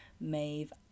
Maeve